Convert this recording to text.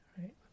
right